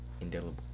indelible